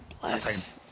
bless